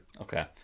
Okay